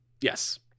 Yes